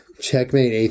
Checkmate